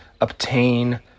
obtain